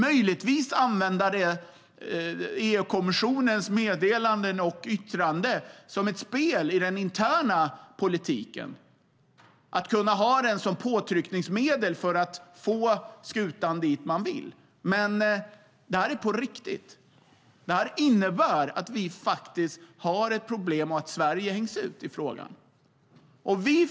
Möjligtvis använder man EU-kommissionens meddelanden och yttranden som ett spel i den interna politiken för att kunna ha dem som påtryckningsmedel för att få skutan dit man vill. Men detta är på riktigt. Det innebär att vi faktiskt har ett problem och att Sverige hängs ut i frågan.